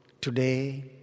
today